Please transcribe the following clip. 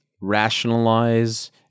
rationalize